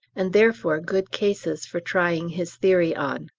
and therefore good cases for trying his theory on.